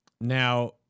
Now